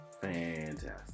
Fantastic